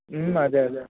అదే అదే